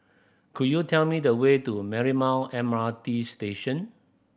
could you tell me the way to Marymount M R T Station